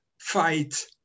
fight